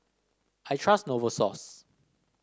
I trust Novosource